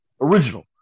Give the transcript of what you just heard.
original